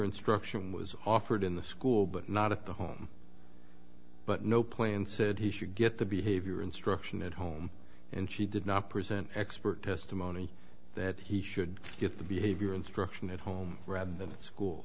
instruction was offered in the school but not at the home but no plan said he should get the behavior instruction at home and she did not present expert testimony that he should get the behavior instruction at home rather than at school